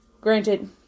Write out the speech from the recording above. granted